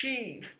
achieve